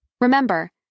Remember